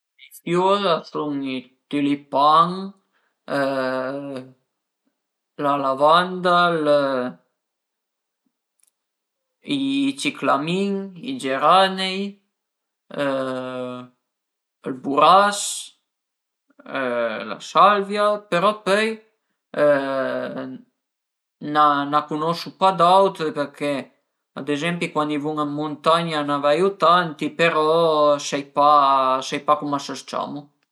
I fiur a sun i tülipan la lavanda, i ciclamin, i geranei ël buras, la salvia, però pöi n'a cunoso pa d'autri përché ad ezempi cuandi vun ën muntagna n'a veiu tanti però sai pa sai pa cum a së ciamu